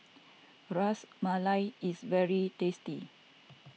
Ras Malai is very tasty